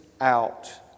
out